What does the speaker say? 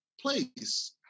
place